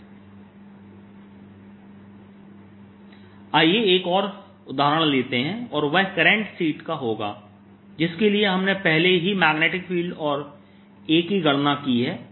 Asz00I2πzln Ls1L2s2 L→∞ Asz0 0I2πz ln 2Ls0I2π ln 2Lz 0I2π lnsz 0I2πlns z आइए एक और उदाहरण लेते हैं और वह करंट शीट का होगा जिसके लिए हमने पहले ही मैग्नेटिक फील्ड और A की गणना की है